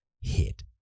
hit